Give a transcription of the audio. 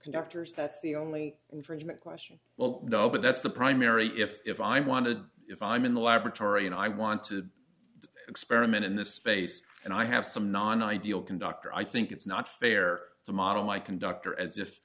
conductors that's the only infringement question well no but that's the primary if i want to if i'm in the laboratory and i want to experiment in this space and i have some non ideal conductor i think it's not fair to model my conductor